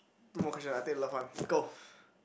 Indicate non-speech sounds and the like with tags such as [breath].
two more question I take the love one go [breath]